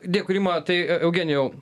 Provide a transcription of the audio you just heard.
dėkui rima tai e eugenijau